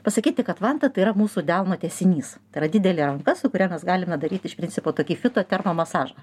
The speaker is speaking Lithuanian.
pasakyti kad vanta tai yra mūsų delno tęsinys tai yra didelė ranka su kuria galime daryti iš principo tokį fito termo masažą